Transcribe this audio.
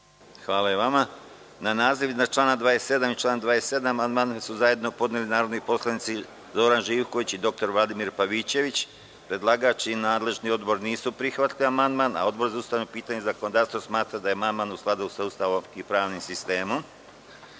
Hvala i vama. Na naziv iznad člana 27. i član 27. amandman su zajedno podneli narodni poslanici Zoran Živković i dr Vladimir Pavićević. Predlagač i nadležni odbor nisu prihvatili ovaj amandman. Odbor za ustavna pitanja i zakonodavstvo smatra da je amandman u skladu sa Ustavom i pravnim sistemom. Na